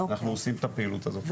אנחנו עושים את הפעילות הזאת.